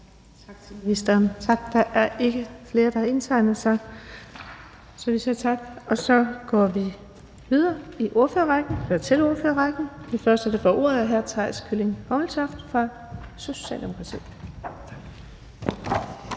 Tak til ministeren. Der er ikke flere, der har indtegnet sig, så vi siger tak. Så går vi videre til ordførerrækken. Den første, der får ordet, er hr. Theis Kylling Hommeltoft fra Socialdemokratiet.